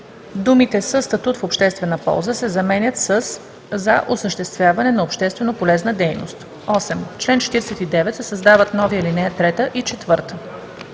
думите „със статут в обществена полза“ се заменят със „за осъществяване на общественополезна дейност“. 8. В чл. 49 се създават нови ал. 3 и 4: